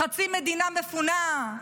חצי מדינה מפונה,